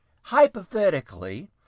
hypothetically